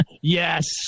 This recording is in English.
Yes